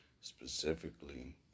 specifically